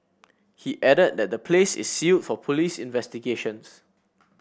he added that the place is sealed for police investigations